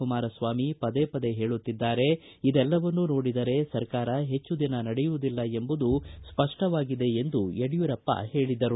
ಕುಮಾರಸ್ನಾಮಿ ಪದೇ ಪದೇ ಹೇಳುತ್ತಿದ್ದಾರೆ ಇದೆಲ್ಲವನ್ನೂ ನೋಡಿದರೆ ಸರ್ಕಾರ ಹೆಚ್ಚು ದಿನ ನಡೆಯುವುದಿಲ್ಲ ಎಂಬುದು ಸ್ಪಷ್ಟವಾಗಿದೆ ಎಂದು ಯಡಿಯೂರಪ್ಪ ಹೇಳಿದರು